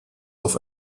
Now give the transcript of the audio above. auf